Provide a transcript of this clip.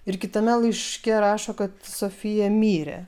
ir kitame laiške rašo kad sofija mirė